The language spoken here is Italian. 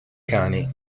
cani